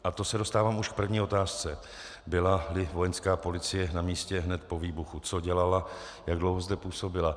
A to už se dostávám k první otázce, bylali vojenská policie na místě hned po výbuchu, co dělala, jak dlouho zde působila.